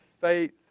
faith